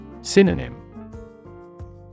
Synonym